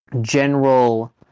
general